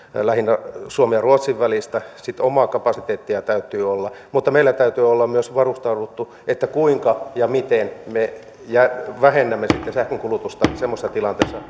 lähinnä suomen ja ruotsin välinen siirto ja sitten omaa kapasiteettia täytyy olla mutta meidän täytyy olla myös varustautuneita siihen kuinka ja miten me vähennämme sitten sähkönkulutusta semmoisessa tilanteessa